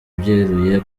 byeruye